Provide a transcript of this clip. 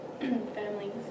families